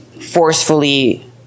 forcefully